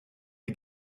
est